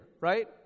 right